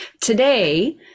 Today